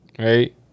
Right